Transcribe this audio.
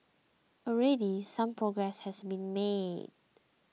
already some progress has been made